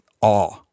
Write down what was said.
awe